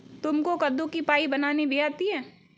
तुमको कद्दू की पाई बनानी भी आती है?